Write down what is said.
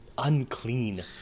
unclean